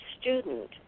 student